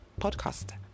podcast